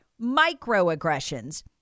microaggressions